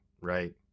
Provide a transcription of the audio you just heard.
right